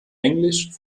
englisch